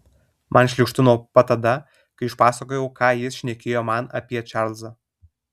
man šlykštu nuo pat tada kai išpasakojau ką jis šnekėjo man apie čarlzą